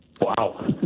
Wow